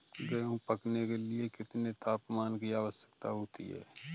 गेहूँ पकने के लिए कितने तापमान की आवश्यकता होती है?